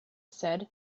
said